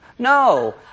No